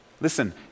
Listen